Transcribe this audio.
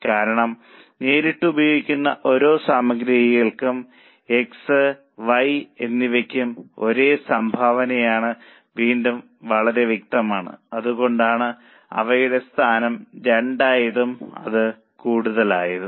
കാരണം നേരിട്ട് ഉപയോഗിക്കുന്ന ഓരോ സാമഗ്രികൾക്കും X Y എന്നിവയ്ക്കും ഒരേ സംഭാവനയാണെന്ന് വീണ്ടും വളരെ വ്യക്തമാണ് അതുകൊണ്ടാണ് അവയുടെ സ്ഥാനം 2 ആയതും അത് കൂടുതൽ ആയതും